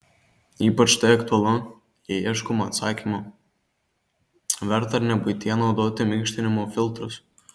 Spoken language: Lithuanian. ypač tai aktualu jei ieškoma atsakymo verta ar ne buityje naudoti minkštinimo filtrus